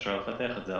אפשר לפתח את זה,